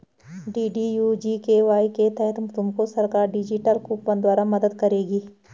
DDU GKY के तहत तुमको सरकार डिजिटल कूपन द्वारा मदद करेगी